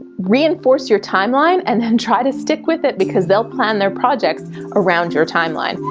reinforce your timeline and then try to stick with it because they'll plan their projects around your timeline.